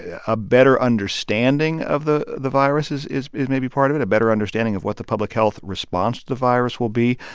ah a better understanding of the the virus is is maybe part of it, a better understanding of what the public health response to the virus will be.